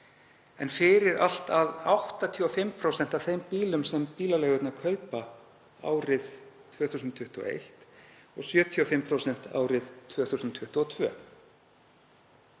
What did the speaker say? en fyrir allt að 85% af þeim bílum sem bílaleigurnar kaupa árið 2021, og 75% árið 2022.